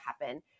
happen